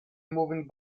moving